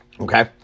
Okay